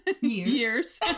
Years